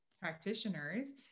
practitioners